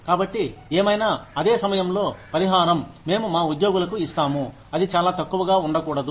కాబట్టి ఏమైనాఅదే సమయంలో పరిహారం మేము మా ఉద్యోగులకు ఇస్తాము అది చాలా తక్కువగా ఉండకూడదు